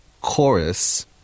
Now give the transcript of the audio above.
chorus